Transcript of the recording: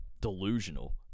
delusional